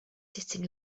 sitting